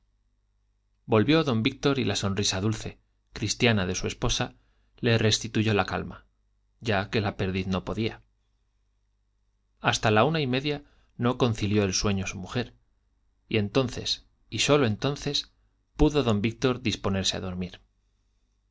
volvió don víctor y la sonrisa dulce cristiana de su esposa le restituyó la calma ya que la perdiz no podía hasta la una y media no concilió el sueño su mujer y entonces y sólo entonces pudo don víctor disponerse a dormir